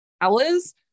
hours